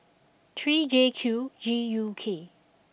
three J Q G U K